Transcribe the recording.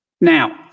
Now